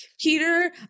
Peter